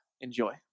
Enjoy